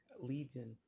legion